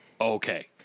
Okay